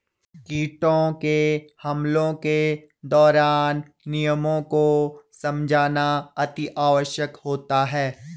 कीटों के हमलों के दौरान नियमों को समझना अति आवश्यक होता है